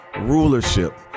rulership